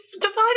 divided